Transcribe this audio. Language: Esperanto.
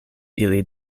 ili